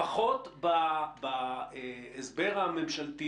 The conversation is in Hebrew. לפחות בהסבר הממשלתי,